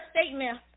statement